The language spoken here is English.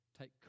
take